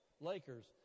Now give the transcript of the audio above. Lakers